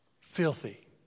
Filthy